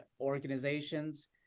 organizations